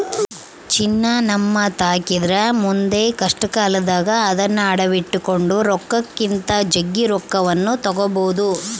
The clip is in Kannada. ಚಿನ್ನ ನಮ್ಮತಾಕಿದ್ರ ಮುಂದೆ ಕಷ್ಟಕಾಲದಾಗ ಅದ್ನ ಅಡಿಟ್ಟು ಕೊಂಡ ರೊಕ್ಕಕ್ಕಿಂತ ಜಗ್ಗಿ ರೊಕ್ಕವನ್ನು ತಗಬೊದು